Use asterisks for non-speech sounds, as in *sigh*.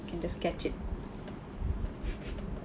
you can just catch it *laughs*